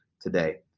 Today